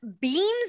beams